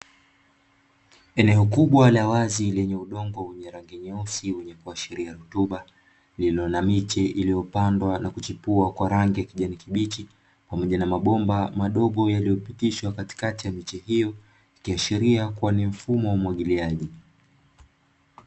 Eneo kubwa la wazi lenye udongo wenye rangi nyeusi wenye rutuba, lililo na miche iliyopandwa na kuchipua kwa rangi ya kijani kibichi pamoja na mabomba madogo yaliyopitishwa katikati ya mechi hiyo kiashiria kuwa ni mfumo wa umwagiliaji.